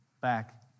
back